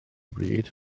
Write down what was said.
bryd